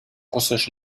russisch